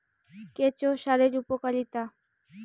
কেঁচো সারের উপকারিতা?